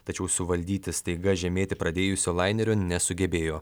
tačiau suvaldyti staiga žemėti pradėjusio lainerio nesugebėjo